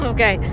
Okay